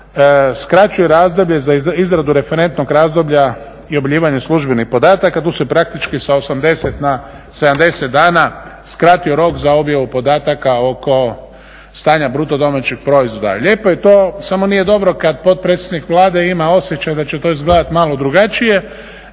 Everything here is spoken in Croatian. skraćuje razdoblje za izradu referentnog razdoblja i objavljivanja službenih podataka. Tu se praktički sa 80 na 70 dana skratio rok za objavu podataka oko stanja bruto domaćeg proizvoda. Lijepo je to samo nije dobro kad potpredsjednik Vlade ima osjećaj da će to izgledati malo drugačije